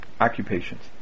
occupations